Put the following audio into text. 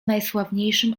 najsławniejszym